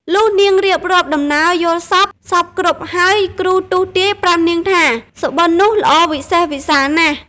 លុះនាងរៀបរាប់ដំណើរយល់សប្តិ សព្វគ្រប់ហើយ គ្រូទស្សន៍ទាយប្រាប់នាងថា សុបិននោះ ល្អវិសេស វិសាលណាស់ ។